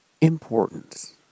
importance